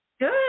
Good